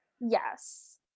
Yes